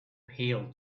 pail